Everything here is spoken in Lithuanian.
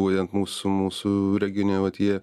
būtent mūsų mūsų regione vat jie